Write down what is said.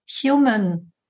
human